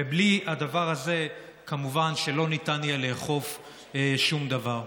ובלי הדבר הזה, מובן שלא ניתן יהיה לאכוף שום דבר.